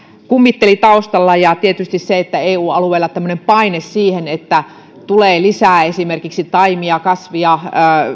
kummitteli taustalla ja tietysti se että eu alueella oli paine siihen että tulee kaupallisesti markkinoille lisää esimerkiksi taimia kasveja